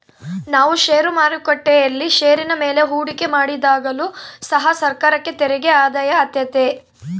ನಾವು ಷೇರು ಮಾರುಕಟ್ಟೆಯಲ್ಲಿ ಷೇರಿನ ಮೇಲೆ ಹೂಡಿಕೆ ಮಾಡಿದಾಗಲು ಸಹ ಸರ್ಕಾರಕ್ಕೆ ತೆರಿಗೆ ಆದಾಯ ಆತೆತೆ